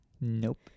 Nope